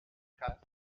cas